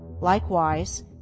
likewise